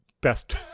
best